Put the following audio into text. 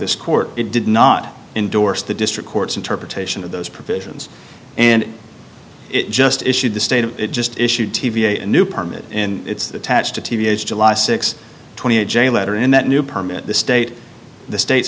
this court it did not endorse the district court's interpretation of those provisions and it just issued the state of just issued t v a new permit in its attached to th july six twenty eight j letter in that new permit the state the state